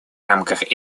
рамках